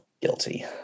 Guilty